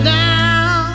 down